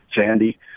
Sandy